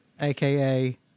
aka